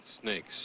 Snakes